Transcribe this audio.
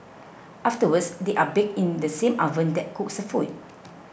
afterwards they are baked in the same oven that cooks her food